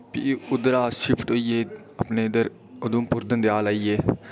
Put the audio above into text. फ्ही उद्धरा अस शिफ्ट होइयै अपने इद्धर उधमपुर दंदयाल आई गे